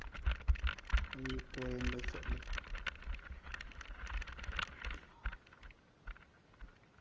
ꯑꯩ ꯇꯨꯔꯦꯜꯗ ꯆꯠꯂꯤ